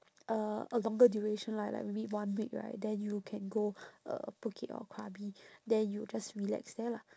uh a longer duration lah like maybe one week right then you can go uh phuket or krabi then you just relax there lah